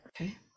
Okay